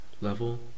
Level